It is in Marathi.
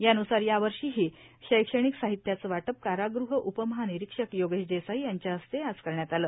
यानुसार या वर्षीही शैक्षणिक साहित्याचं वाटप कारागृह उपमहा निरीक्षक योगेश देसाई यांच्या इस्ते आज करण्यात आलं